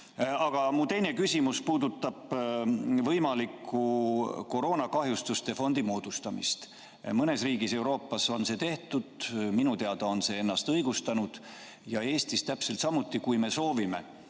mu teine küsimus puudutab võimalikku koroonakahjustuste fondi moodustamist. Mõnes riigis Euroopas on see tehtud ja minu teada on see ennast õigustanud. Eestis täpselt samuti, kui me kutsume